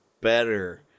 better